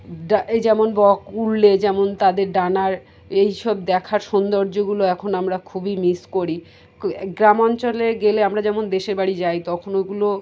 ড এই যেমন বক উড়লে যেমন তাদের ডানার এই সব দেখার সৌন্দর্যগুলো এখন আমরা খুবই মিস করি গ্রাম অঞ্চলে গেলে আমরা যেমন দেশের বাড়ি যাই তখন ওগুলো